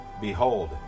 Behold